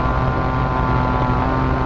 um